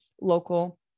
local